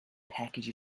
package